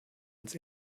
ans